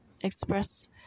express